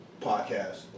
podcast